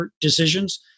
decisions